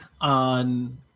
on